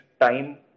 time